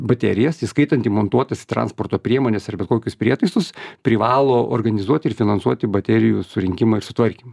baterijas įskaitant įmontuotas į transporto priemones ar bet kokius prietaisus privalo organizuoti ir finansuoti baterijų surinkimą ir sutvarkymą taip veikia